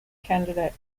candidate